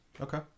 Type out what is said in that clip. Okay